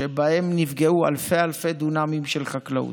שאז נפגעו אלפי דונמים של חקלאות.